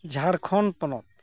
ᱡᱷᱟᱲᱠᱷᱚᱱᱰ ᱯᱚᱱᱚᱛ